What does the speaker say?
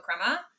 Crema